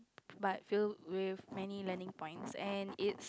but filled with many learning points and it